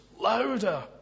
Louder